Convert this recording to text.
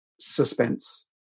suspense